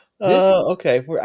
Okay